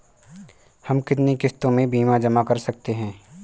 हम कितनी किश्तों में बीमा जमा कर सकते हैं?